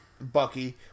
Bucky